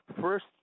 first